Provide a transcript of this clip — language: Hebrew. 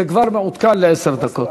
זה כבר מעודכן לעשר דקות.